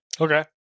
Okay